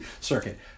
circuit